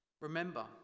Remember